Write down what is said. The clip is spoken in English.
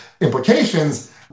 implications